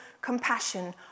compassion